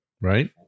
right